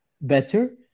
better